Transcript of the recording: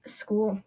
school